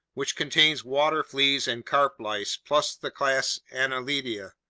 which contains water fleas and carp lice, plus the class annelida,